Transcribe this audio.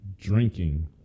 drinking